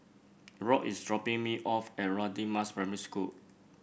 Rock is dropping me off at Radin Mas Primary School